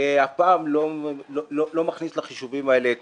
והפעם לא מכניס לחישובים האלה את